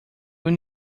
will